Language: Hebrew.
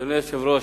אדוני היושב-ראש,